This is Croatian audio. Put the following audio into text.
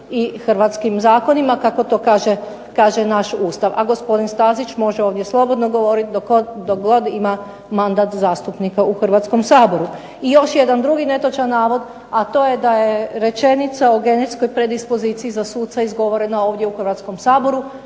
i hrvatskim zakonima kako to kaže naš Ustav. A gospodin Stazić može ovdje slobodno govoriti dok god ima mandat zastupnika u Hrvatskom saboru. I još jedan drugi netočan navod, a to je da je rečenica o genetskoj predispoziciji za suca izgovorena ovdje u Hrvatskom saboru.